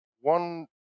one